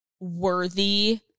worthy